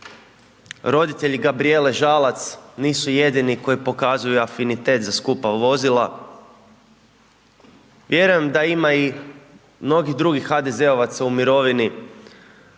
roditelji Gabrijele Žalac nisu jedini koji pokazuju afinitet za skupa vozila, vjerujem da ima i mnogih drugih HDZ-ovaca u mirovini